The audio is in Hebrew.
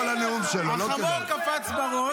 החמור קפץ בראש.